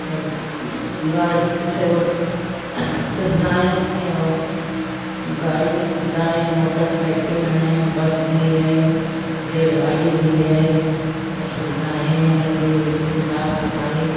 गा गा गाड़ी के सब सुविधाएँ हैं औ गाड़ी के सुविधाएँ मोटर साइकिल है बस भी है रेलगाड़ी भी हैं सब सुविधाएँ हैं भी उसके साफ़ सफाई